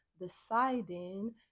deciding